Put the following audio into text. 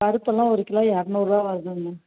பருப்பு எல்லாம் ஒரு கிலோ இரநூறுவா வருதுங்க மேம்